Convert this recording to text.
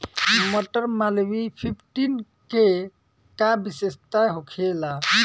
मटर मालवीय फिफ्टीन के का विशेषता होखेला?